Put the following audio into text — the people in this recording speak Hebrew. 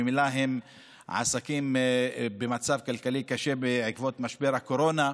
שממילא הם עסקים במצב כלכלי קשה בעקבות משבר הקורונה,